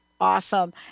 awesome